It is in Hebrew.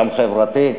גם חברתי,